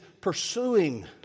pursuing